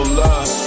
love